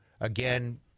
again—